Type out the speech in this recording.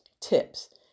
tips